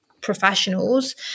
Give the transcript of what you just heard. Professionals